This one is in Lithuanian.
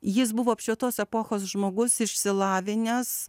jis buvo apšvietos epochos žmogus išsilavinęs